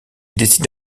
décide